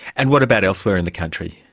and what about elsewhere in the country?